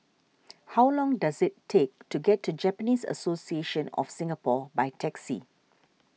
how long does it take to get to Japanese Association of Singapore by taxi